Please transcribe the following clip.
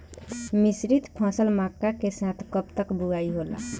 मिश्रित फसल मक्का के साथ कब तक बुआई होला?